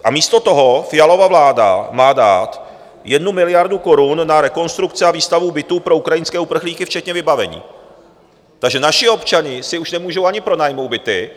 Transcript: A místo toho Fialova vláda má dát 1 miliardu korun na rekonstrukce a výstavbu bytů pro ukrajinské uprchlíky včetně vybavení, takže naši občané si už nemůžou ani pronajmout byty.